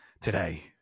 Today